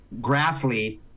Grassley